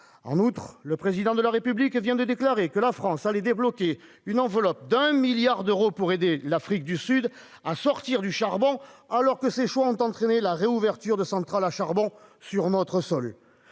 En outre, le Président de la République vient de déclarer que la France allait débloquer une enveloppe de 1 milliard d'euros pour aider l'Afrique du Sud à sortir du charbon, alors que les choix de ce même Président ont entraîné la réouverture de centrales à charbon sur notre sol.